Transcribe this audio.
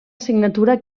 signatura